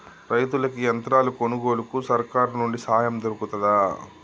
రైతులకి యంత్రాలు కొనుగోలుకు సర్కారు నుండి సాయం దొరుకుతదా?